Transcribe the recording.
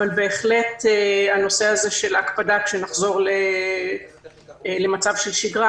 אבל בהחלט הנושא הזה של ההקפדה כשנחזור למצב של שגרה,